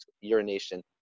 urination